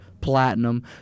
platinum